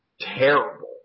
terrible